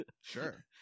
Sure